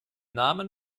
namen